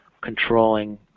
controlling